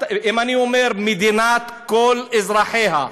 אם אני אומר: מדינת כל אזרחיה,